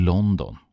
London